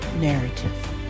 narrative